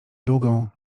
długą